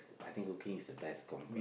I think cooking is the best comb